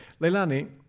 Leilani